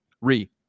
Re